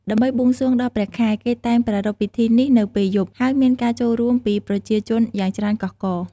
ដើម្បីបួងសួងដល់ព្រះខែ គេតែងប្រារព្ធពិធីនេះនៅពេលយប់ ហើយមានការចូលរួមពីប្រជាជនយ៉ាងច្រើនកុះករ។